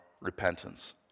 repentance